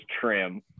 trim